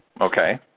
Okay